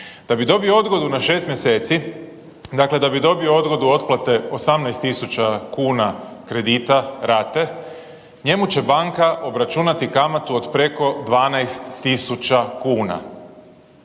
Da bi dobio odgodu na 6 mjeseci, dakle da bi dobio odgodu otplate 18.000 kuna kredita rate, njemu će banka obračunati kamatu od preko 12.000 kuna.